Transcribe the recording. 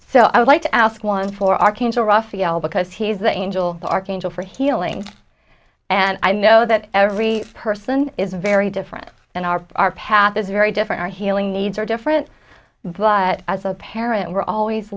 raphael because he is the angel archangel for healing and i know that every person is very different and our our path is very different our healing needs are different but as a parent we're always